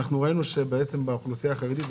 ראינו שבאוכלוסייה החרדית,